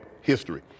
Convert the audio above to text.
history